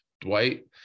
Dwight